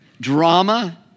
drama